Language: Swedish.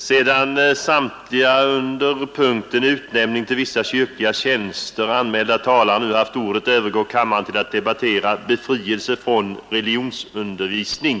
Sedan samtliga under punkten ”Utnämning till vissa kyrkliga tjänster” anmälda talare nu haft ordet övergår kammoren till att debattera ”Befrielse från religionsundervisning”.